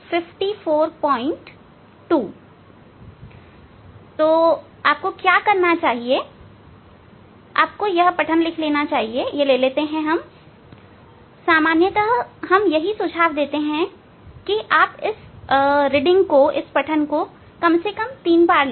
आपको क्या करना चाहिए आपको यह लेना चाहिए सामान्यतः हम यही सुझाव देते हैं आप इस रीडिंग को तीन बार ले